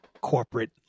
corporate